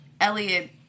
elliot